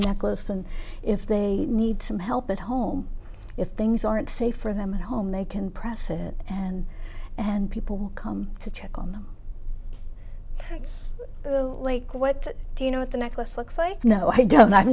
necklace and if they need some help at home if things aren't safe for them at home they can press it and and people will come to check on them it's like what do you know what the necklace looks like no i don't